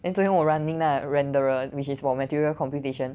then 昨天我 running lah renderer which is for material computation